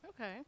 Okay